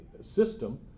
system